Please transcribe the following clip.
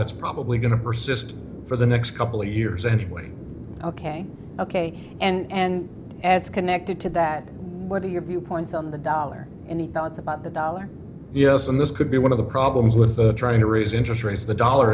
that's probably going to persist for the next couple of years anyway ok ok and as connected to that what are your viewpoints on the dollar and the thoughts about the dollar yes and this could be one of the problems with trying to raise interest rates the dollar